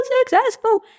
successful